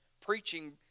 Preaching